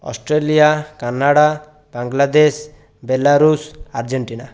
Australia Canada Bangladesh Belarus Argentina